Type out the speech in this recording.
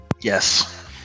yes